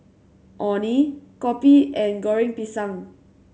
Orh Nee Kopi and Goreng Pisang